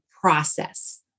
process